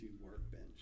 Workbench